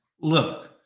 look